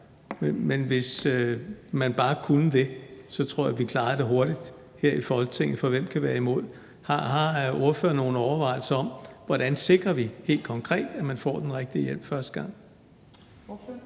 Men hvis man bare kunne det, tror jeg vi klarede det hurtigt her i Folketinget, for hvem kan være imod? Har ordføreren gjort sig nogle overvejelser om, hvordan vi sikrer helt konkret, at man får den rigtige hjælp første gang?